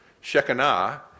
Shekinah